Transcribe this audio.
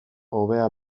hobea